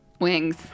wings